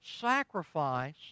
sacrifice